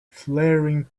flaring